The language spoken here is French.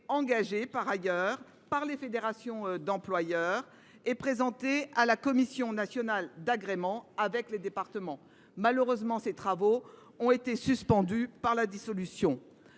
engagés par les fédérations d’employeurs et présentés à la Commission nationale d’agrément avec les départements. Malheureusement, ces travaux ont été suspendus par la dissolution